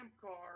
car